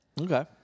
Okay